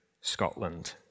Scotland